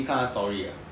你去看他的 story ah